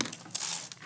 הישיבה ננעלה בשעה 10:50.